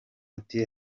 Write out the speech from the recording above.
ati